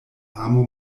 amo